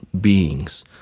beings